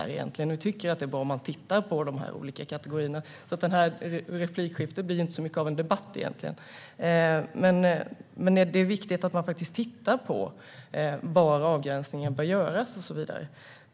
Vi tycker att det är bra att man tittar på de här olika kategorierna. Det här replikskiftet blir alltså inte mycket av en debatt. Det är viktigt att man faktiskt tittar på var avgränsningen bör göras och så vidare.